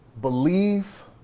believe